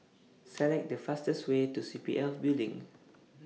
Select The fastest Way to SPF Building